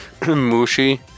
Mushi